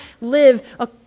live